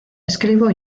escribo